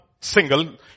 single